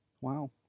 Wow